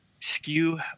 skew